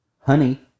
honey